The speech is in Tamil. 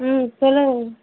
ம் சொல்லுங்க மேம்